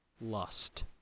Lust